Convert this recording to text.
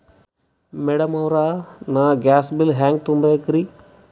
Madam ಅವ್ರ, ನಾ gas bill ಹೆಂಗ ತುಂಬಾ ಬೇಕ್ರಿ?